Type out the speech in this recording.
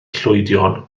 llwydion